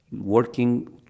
working